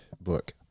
book